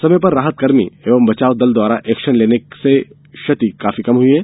समय पर राहतकर्मी एवं बचाव दल द्वारा एक्शन लेने से क्षति काफी कम हुई है